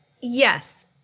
Yes